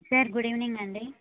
sir good evening అండీ